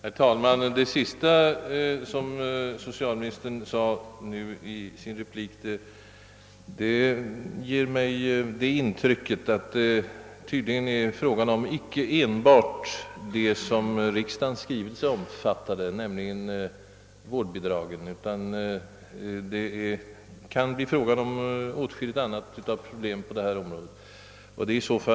Herr talman! Vad soöcialministern sade nu senast ger mig intrycket att det i översynen genom riksförsäkringsverket tydligen inte bara är fråga om vad som omfattas av riksdagens skrivelse; nämligen vårdbidragen, utan att även åtskilliga andra problem på detta område kan komma in i bilden.